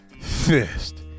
fist